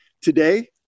Today